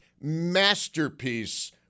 masterpiece